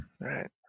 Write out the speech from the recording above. right